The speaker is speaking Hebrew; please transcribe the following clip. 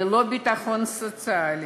ללא ביטחון סוציאלי.